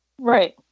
right